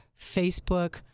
Facebook